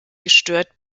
gestört